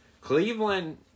Cleveland